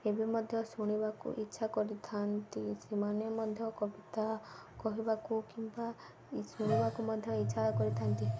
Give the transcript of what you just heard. ଏବେ ମଧ୍ୟ ଶୁଣିବାକୁ ଇଚ୍ଛା କରିଥାନ୍ତି ସେମାନେ ମଧ୍ୟ କବିତା କହିବାକୁ କିମ୍ବା ଶୁଣିବାକୁ ମଧ୍ୟ ଇଚ୍ଛା କରିଥାନ୍ତି